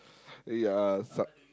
ya sa~